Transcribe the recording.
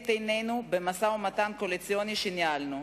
עינינו במשא-ומתן הקואליציוני שניהלנו.